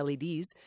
LEDs